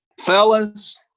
Fellas